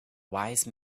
wise